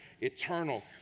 eternal